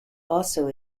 also